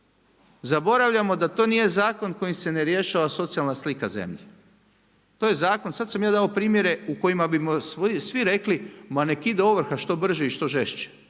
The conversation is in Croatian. zaboravljamo da to nije zakon kojim se ne rješava socijalna slika zemlje. To je zakon, sad sam ja dao primjere u kojima bismo svi rekli ma nek' ide ovrha što brže i što žešće.